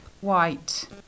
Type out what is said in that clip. white